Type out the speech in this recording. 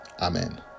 amen